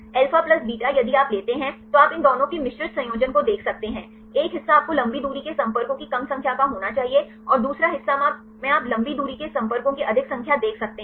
alpha plus beta यदि आप लेते हैं तो आप इन दोनों के मिश्रित संयोजन को देख सकते हैं एक हिस्सा आपको लंबी दूरी के संपर्कों की कम संख्या का होना चाहिए और दूसरा हिस्सा मे आप लंबी दूरी के संपर्कों की अधिक संख्या देख सकते हैं